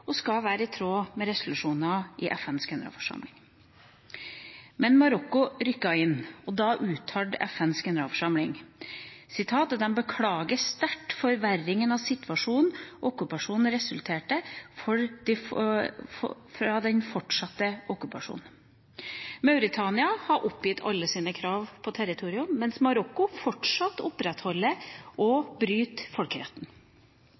og skal være i tråd med resolusjoner i FNs generalforsamling. Men Marokko rykket inn, og da uttalte FNs generalforsamling at de beklaget sterkt forverringen av situasjonen som den fortsatte okkupasjonen resulterte i. Mauritania har oppgitt alle sine krav på territoriet, mens Marokko fortsatt opprettholder sine krav – og bryter folkeretten.